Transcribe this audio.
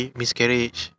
miscarriage